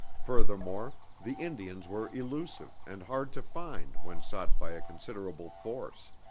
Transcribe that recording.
furthermore, the indians were elusive and hard to find when sought by a considerable force.